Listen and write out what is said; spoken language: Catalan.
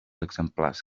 exemplars